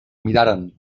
miraren